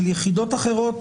של יחידות אחרות,